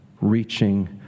reaching